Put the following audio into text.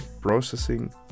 processing